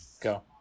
go